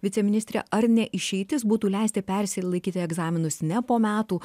viceministre ar ne išeitis būtų leisti persilaikyti egzaminus ne po metų